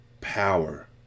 Power